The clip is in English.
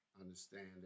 understand